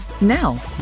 Now